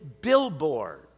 billboard